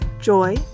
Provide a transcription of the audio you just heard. joy